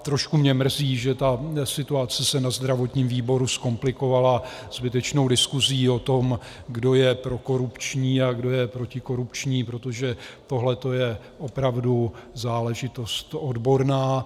Trošku mě mrzí, že se situace se na zdravotním výboru zkomplikovala zbytečnou diskusí o tom, kdo je prokorupční a kdo je protikorupční, protože tohleto je opravdu záležitost odborná.